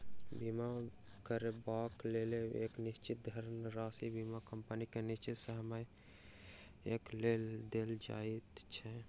बीमा करयबाक लेल एक निश्चित धनराशि बीमा कम्पनी के निश्चित समयक लेल देल जाइत छै